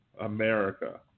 America